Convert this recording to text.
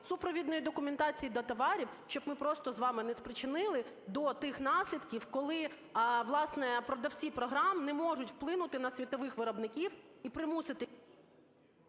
супровідної документації до товарів, щоб ми просто з вами не спричинили до тих наслідків, коли, власне, продавці програм не можуть вплинути на світових виробників і примусити…